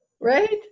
Right